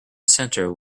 center